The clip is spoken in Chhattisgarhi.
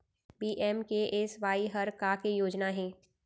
पी.एम.के.एस.वाई हर का के योजना हे?